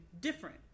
different